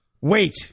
Wait